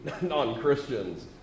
non-Christians